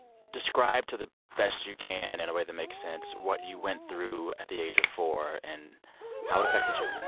describe to the best you can in a way that makes sense what you went through at the age of four and how it affected you